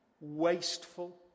wasteful